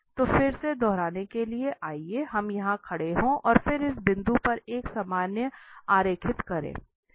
तो फिर से दोहराने के लिए आइए हम यहां खड़े हों और फिर इस बिंदु पर एक सामान्य आरेखित करें